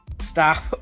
stop